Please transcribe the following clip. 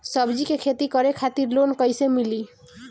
सब्जी के खेती करे खातिर लोन कइसे मिली?